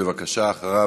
אחריו,